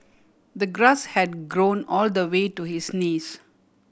the grass had grown all the way to his knees